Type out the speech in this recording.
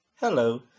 Hello